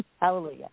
Hallelujah